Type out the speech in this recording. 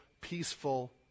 peaceful